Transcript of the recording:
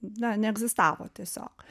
na neegzistavo tiesiog